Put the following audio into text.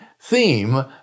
theme